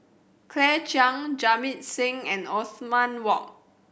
Claire Chiang Jamit Singh and Othman Wok